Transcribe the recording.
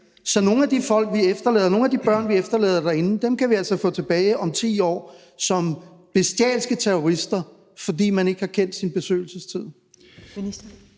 Så nogle af de folk, vi efterlader, nogle af de børn, vi efterlader dernede, kan vi altså få tilbage om 10 år som bestialske terrorister, fordi man ikke har kendt sin besøgelsestid.